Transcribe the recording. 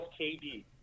KD